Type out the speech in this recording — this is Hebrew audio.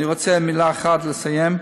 אני רוצה במילה אחת לסיים.